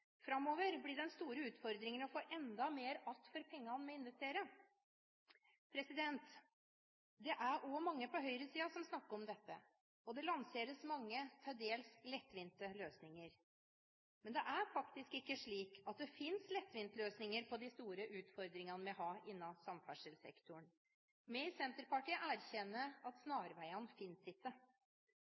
Framover blir den store utfordringen å få enda mer igjen for pengene vi investerer. Dette er det også mange på høyresiden som snakker om, og det lanseres mange til dels lettvinte løsninger. Men det er faktisk ikke slik at det finnes lettvintløsninger på de store utfordringene vi har innen samferdselssektoren. Vi i Senterpartiet erkjenner at snarveiene ikke finnes.